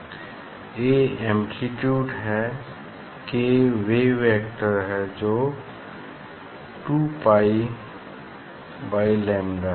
A amplitude है k wave vector जो है 2 पाइ बाइ लैम्डा